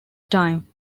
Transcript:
time